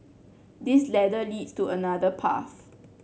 this ladder leads to another path